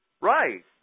Right